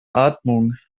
atmung